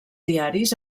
diaris